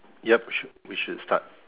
yup should we should start